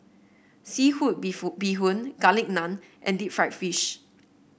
seafood bee Bee Hoon Garlic Naan and Deep Fried Fish